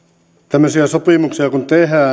tämmöisiä sopimuksia kun